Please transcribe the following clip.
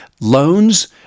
loans